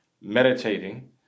meditating